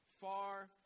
far